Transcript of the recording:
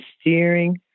steering